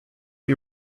you